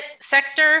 sector